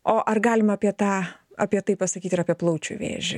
o ar galima apie tą apie tai pasakyt ir apie plaučių vėžį